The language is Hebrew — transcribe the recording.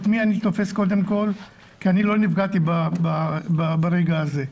מי אני תופס קודם כל כי אני לא נפגעתי ברגע הזה.